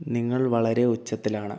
നിങ്ങൾ വളരെ ഉച്ചത്തിലാണ്